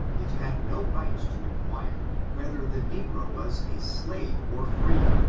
it had no right to inquire whether the negro was a slave or free.